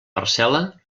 parcel·la